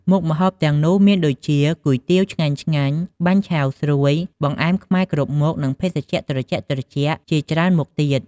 មុខម្ហូបទាំងនោះមានដូចជា គុយទាវឆ្ងាញ់ៗ បាញ់ឆែវស្រួយ បង្អែមខ្មែរគ្រប់មុខ និងភេសជ្ជៈត្រជាក់ៗជាច្រើនមុខទៀត។